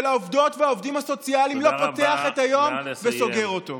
העובדות והעובדים הסוציאליים לא פותח את היום וסוגר אותו.